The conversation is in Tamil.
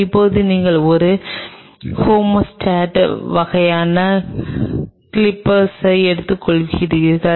இப்போது நீங்கள் ஒரு ஹெமோஸ்டாட் வகையான கிளிப்பர்களை எடுத்துக்கொள்கிறீர்கள்